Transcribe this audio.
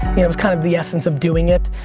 it was kind of the essence of doing it.